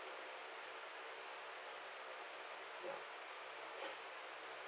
ya